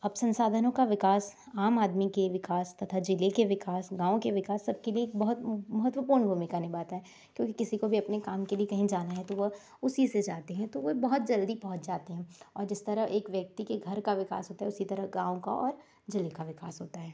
अब संसाधनों का विकास आम आदमी के विकास तथा जिले के विकास गाँव के विकास सबके लिए एक बहुत महत्वपूर्ण भूमिका निभाता है क्योंकि किसी को भी अपने काम के लिए कहीं जाना है तो वो अब उसी से जाते हैं तो वह बहुत जल्दी पहुँच जाते हैं और जिस तरह एक व्यक्ति के घर का विकास होता है उसी तरह गाँव का और जिले का विकास होता है